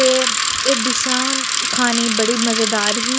एह् डिशां खाने गी बड़ी मजेदार ही